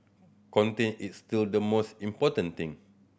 content is still the most important thing